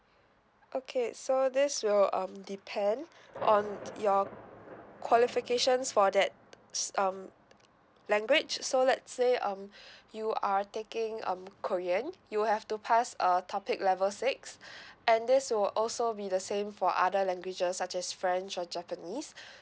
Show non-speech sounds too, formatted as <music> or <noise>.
okay so this will um depend on your qualifications for that s~ um language so let's say um you are taking um korean you'll have to pass uh topic level six <breath> and this will also be the same for other languages such as french or japanese <breath>